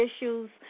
issues